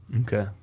Okay